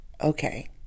Okay